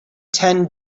ten